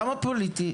למה פוליטי?